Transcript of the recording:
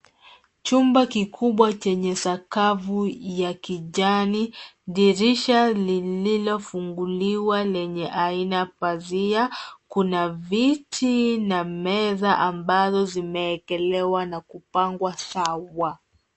Chumba kikubwa chenye sakafu ya kijani, dirisha lililofunguliwa lenye haina pazia. Kuna viti na meza ambazo zimewekelewa na kupangwa sawa.